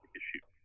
issue